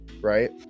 right